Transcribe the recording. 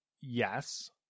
Yes